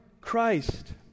Christ